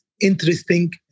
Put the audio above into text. interesting